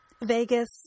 Vegas